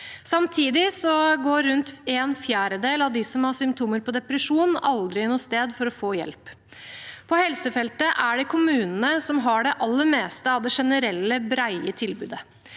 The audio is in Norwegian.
Samtidig går rundt en fjerdedel av dem som har symptomer på depresjon, aldri noe sted for å få hjelp. På helsefeltet er det kommunene som har det aller meste av det generelle, brede tilbudet.